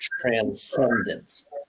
transcendence